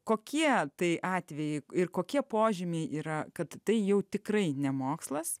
kokie tai atvejai ir kokie požymiai yra kad tai jau tikrai ne mokslas